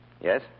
Yes